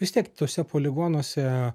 vis tiek tuose poligonuose